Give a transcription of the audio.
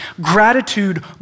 gratitude